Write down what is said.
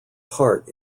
heart